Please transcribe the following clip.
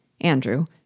Andrew